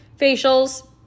facials